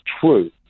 true